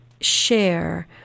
share